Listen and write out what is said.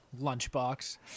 lunchbox